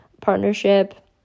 partnership